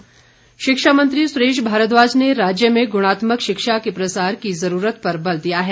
भारद्वाज शिक्षा मंत्री सुरेश भारद्वाज ने राज्य में गुणात्मक शिक्षा के प्रसार की जरूरत पर बल दिया है